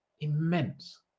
immense